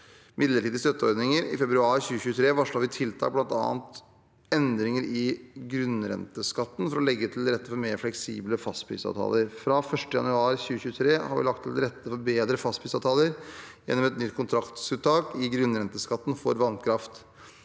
midlertidige støtteordninger. I februar 2023 varslet vi tiltak, bl.a. endringer i grunnrenteskatten, for å legge til rette for mer fleksible fastprisavtaler. Fra 1. januar 2023 har vi lagt til rette for bedre fastprisavtaler gjennom et nytt kontraktsunntak i grunnrenteskatten for vannkraft.